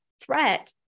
threat